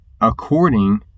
according